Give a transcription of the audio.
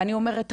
ואני שואלת,